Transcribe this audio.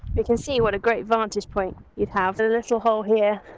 you can see what a great vantage point you would have. this little hole here.